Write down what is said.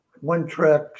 one-track